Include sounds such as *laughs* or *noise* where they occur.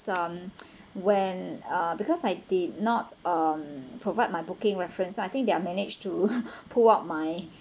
some when uh because I did not um provide my booking reference so I think they're managed to *laughs* pull out my